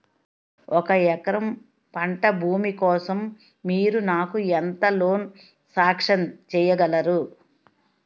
ఒక ఎకరం పంట భూమి కోసం మీరు నాకు ఎంత లోన్ సాంక్షన్ చేయగలరు?